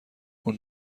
اون